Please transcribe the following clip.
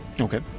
Okay